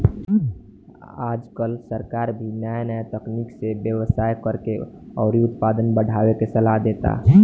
आजकल सरकार भी नाया नाया तकनीक से व्यवसाय करेके अउरी उत्पादन बढ़ावे के सालाह देता